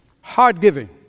Heart-giving